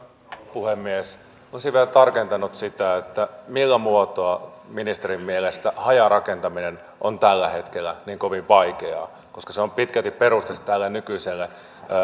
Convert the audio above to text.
puhemies olisin vielä tarkentanut sitä millä muotoa ministerin mielestä hajarakentaminen on tällä hetkellä niin kovin vaikeaa koska se on pitkälti peruste tälle nykyiselle